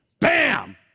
Bam